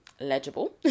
legible